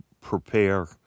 prepare